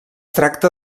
tracta